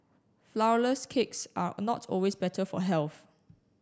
flour less cakes are not always better for health